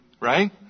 Right